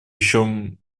еще